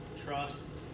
trust